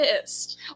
pissed